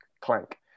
clank